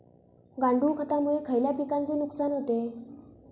गांडूळ खतामुळे खयल्या पिकांचे नुकसान होते?